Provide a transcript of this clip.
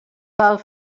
pel